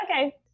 okay